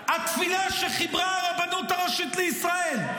התפילה שחיברה הרבנות הראשית לישראל.